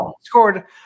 scored